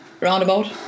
roundabout